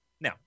Now